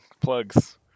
plugs